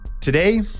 Today